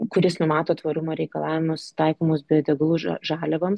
kuris numato tvarumo reikalavimus taikomus biodegalų ža žaliavoms